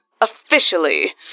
Officially